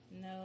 no